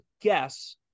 guess